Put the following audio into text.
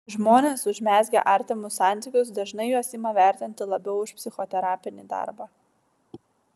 žmonės užmezgę artimus santykius dažnai juos ima vertinti labiau už psichoterapinį darbą